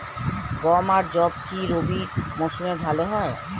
গম আর যব কি রবি মরশুমে ভালো হয়?